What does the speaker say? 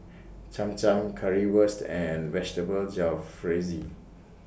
Cham Cham Currywurst and Vegetable Jalfrezi